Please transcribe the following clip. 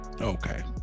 Okay